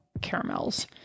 caramels